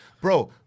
Bro